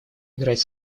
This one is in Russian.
играть